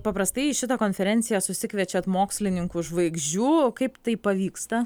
paprastai į šitą konferenciją susikviečiat mokslininkų žvaigždžių kaip tai pavyksta